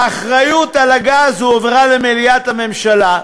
האחריות לגז הועברה למליאת הממשלה,